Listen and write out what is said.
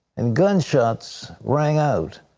and gunshots rang out.